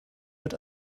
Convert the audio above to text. wird